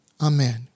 Amen